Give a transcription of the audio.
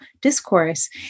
discourse